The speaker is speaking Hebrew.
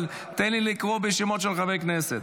אבל תן לי לקרוא בשמות של חברי הכנסת.